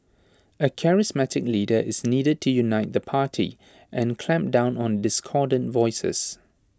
A charismatic leader is needed to unite the party and clamp down on discordant voices